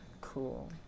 cool